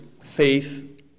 faith